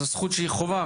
זוהי זכות שהיא חובה,